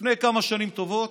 לפני כמה שנים טובות.